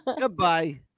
Goodbye